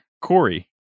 Corey